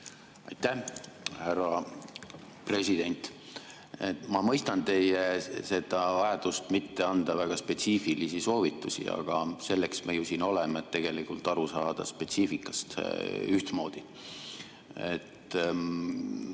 Aitäh! Härra president, ma mõistan teie vajadust mitte anda väga spetsiifilisi soovitusi, aga selleks me ju siin oleme, et tegelikult spetsiifikast ühtmoodi